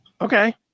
Okay